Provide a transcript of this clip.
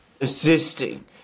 assisting